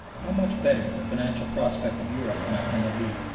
how much better the financial prospect of europe might now be.